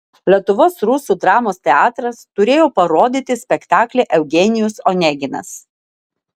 lietuvos rusų dramos teatras turėjo parodyti spektaklį eugenijus oneginas